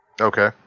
Okay